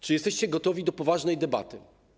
Czy jesteście gotowi do poważnej debaty?